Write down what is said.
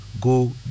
go